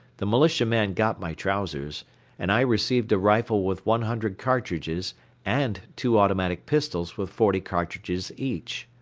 the militia-man got my trousers and i received a rifle with one hundred cartridges and two automatic pistols with forty cartridges each.